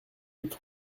août